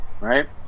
right